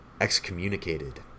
excommunicated